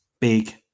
Big